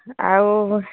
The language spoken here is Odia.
ଆଉ